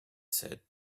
said